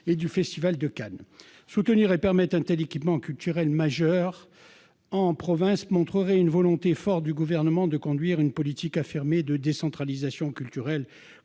et du Festival de Cannes. Soutenir l'institution d'un tel équipement culturel majeur en province montrerait la volonté forte du Gouvernement de conduire une politique affirmée de décentralisation culturelle,